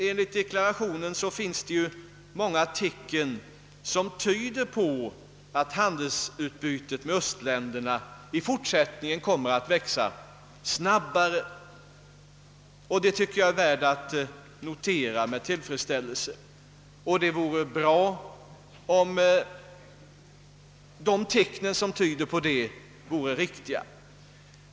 Enligt deklarationen finns det emellertid många tecken som tyder på att handelsutbytet med östländerna i fortsättningen kommer att växa snabbare, vilket jag tycker skall noteras med tillfredsställelse. Det vore bra om dessa tecken vore riktiga.